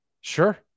Sure